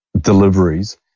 deliveries